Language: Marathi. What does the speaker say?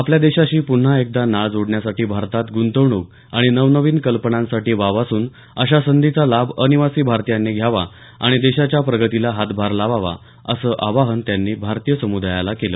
आपल्या देशाशी पुन्हा एकदा नाळ जोडण्यासाठी भारतात गुंतवणूक आणि नवनवीन कल्पनांसाठी वाव असून अशा संधीचा लाभ अनिवासी भारतीयांनी घ्यावा आणि देशाच्या प्रगतीला हातभार लावावा असं आवाहन त्यांनी भारतीय समुदायाला केलं